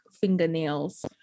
fingernails